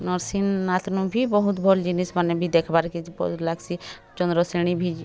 ନରସିଂହନାଥ୍ନୁ ଭି ବହୁତ୍ ଭଲ୍ ଜିନିଷ୍ମାନେ ବି ଦେଖିବାର୍କେ ଭଲ୍ ଲାଗ୍ସି ଚନ୍ଦ୍ରଶେଣି ଭି